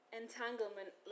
entanglement